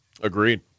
Agreed